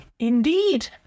Indeed